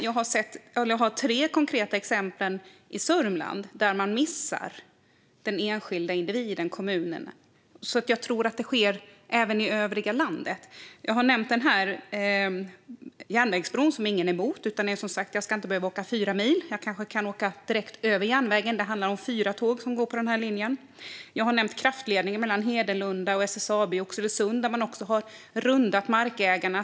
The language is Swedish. Jag har tre konkreta exempel från Sörmland där man missat den enskilda individen eller kommunen, och jag tror att det sker även i övriga landet. I min interpellation nämnde jag en järnvägsbro som ingen är emot. Man ska dock inte behöva åka fyra mil i stället för att åka direkt över järnvägen. Det handlar om fyra tåg om dagen som går på den här linjen. Jag har nämnt kraftledningen mellan Hedenlunda och SSAB i Oxelösund. I det fallet har man rundat markägarna.